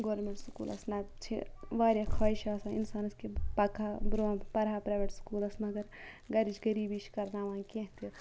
government سکوٗلَس نَتہٕ چھِ واریاہ خواہِش آسان اِنسانَس کہِ بہٕ پَکہٕ ہا برونٛہہ بہٕ پَرہا پریٚویٹ سکوٗلَس مَگَر گَرِچ غریبی چھِ کَرناوان کینٛہہ تہِ